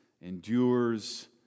endures